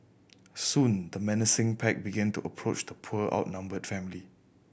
soon the menacing pack began to approach the poor outnumbered family